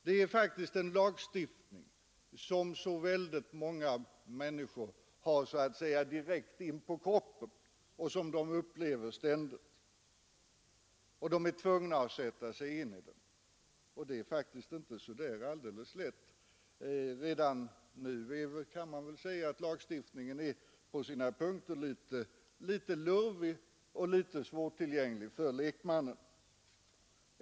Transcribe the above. Det är en lagstiftning som oerhört många människor har så att säga direkt inpå kroppen, som de ständigt upplever och som de är tvungna att sätta sig in i, och det är faktiskt inte så alldeles lätt. Redan nu kan man väl säga att lagstiftningen på vissa punkter är litet ”lurvig” och litet svårtillgänglig för lekmannen.